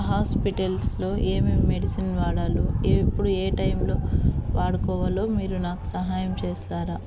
హాస్పిటల్స్లో ఏమేం మెడిసిన్ వాడాలో ఎప్పుడు ఏ టైంలో వాడుకోవాలో మీరు నాకు సహాయం చేస్తారా